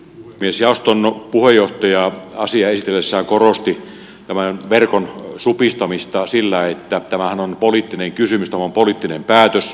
jaoston puheenjohtaja asiaa esitellessään korosti tämän verkon supistamista sillä että tämähän on poliittinen kysymys tämä on poliittinen päätös